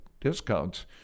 discounts